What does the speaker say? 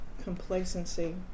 complacency